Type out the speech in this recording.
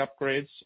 upgrades